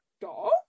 Dog